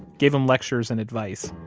gave him lectures and advice,